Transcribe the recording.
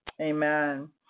Amen